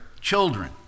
children